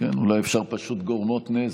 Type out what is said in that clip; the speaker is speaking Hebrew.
אולי אפשר פשוט "גורמות נזק",